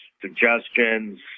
suggestions